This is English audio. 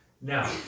Now